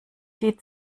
sie